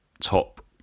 top